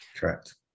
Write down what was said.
Correct